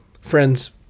Friends